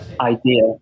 idea